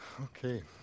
Okay